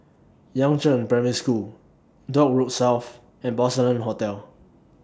Yangzheng Primary School Dock Road South and Porcelain Hotel